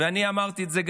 ואני אמרתי את זה.